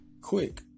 quick